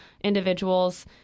individuals